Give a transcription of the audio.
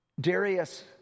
Darius